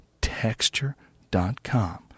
Texture.com